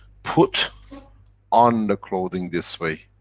put on the clothing this way.